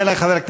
לצערי הרב,